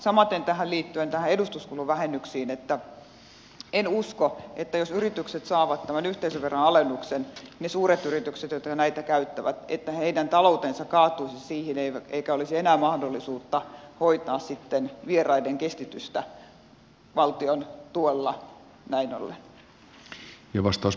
samaten näihin edustuskuluvähennyksiin liittyen en usko että jos yritykset saavat tämän yhteisöveron alennuksen ne suuret yritykset jotka näitä käyttävät niiden talous kaatuisi siihen eikä olisi enää mahdollisuutta hoitaa sitten vieraiden kestitystä kun ei ole valtion tukea